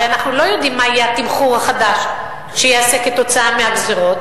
הרי אנחנו לא יודעים מה יהיה התמחור החדש שייעשה כתוצאה מהגזירות.